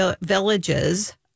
villages